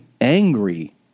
angry